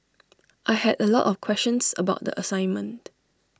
I had A lot of questions about the assignment